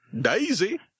Daisy